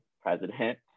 president